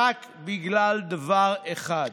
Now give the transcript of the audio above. אלא רק בגלל דבר אחד: